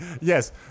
yes –